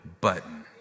button